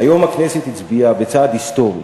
היום הכנסת הצביעה בצעד היסטורי,